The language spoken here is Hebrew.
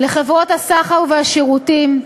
אל חברות הסחר והשירותים: